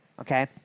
Okay